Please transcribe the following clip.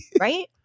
Right